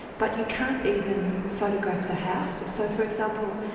but you can't even photograph the house. so for example,